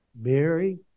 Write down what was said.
Mary